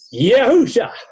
Yahusha